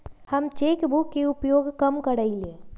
हम cheque book के उपयोग कम करइले